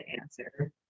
answer